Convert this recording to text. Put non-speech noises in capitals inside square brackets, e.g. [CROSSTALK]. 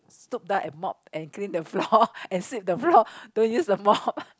stoop down and mop and clean the floor [LAUGHS] and sweep the floor [LAUGHS] don't use the mop [LAUGHS]